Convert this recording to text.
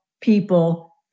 people